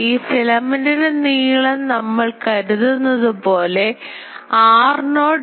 ഈ ഫിലമെൻറ് നീളം നമ്മൾ കരുതുന്നതുപോലെ r not delta phi dash ആണ്